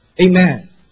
Amen